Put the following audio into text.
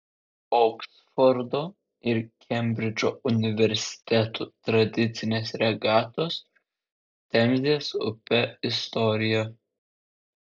oksfordo ir kembridžo universitetų tradicinės regatos temzės upe istorija